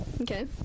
Okay